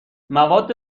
مواد